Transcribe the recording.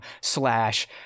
slash